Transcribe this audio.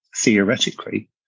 theoretically